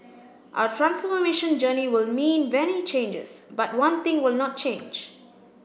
our transformation journey will mean many changes but one thing will not change